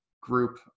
group